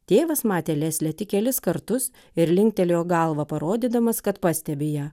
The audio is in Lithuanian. tėvas matė leslę tik kelis kartus ir linktelėjo galvą parodydamas kad pastebi ją